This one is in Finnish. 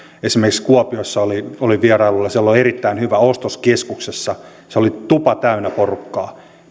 esimerkiksi kuopiossa olin olin vierailulla ja siellä on erittäin hyvä ostoskeskuksessa siellä oli tupa täynnä porukkaa